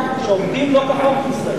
כיום שעובדים לא כחוק בישראל.